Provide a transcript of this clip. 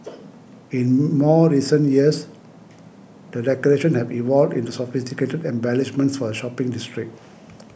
in more recent years the decorations have evolved into sophisticated embellishments for the shopping district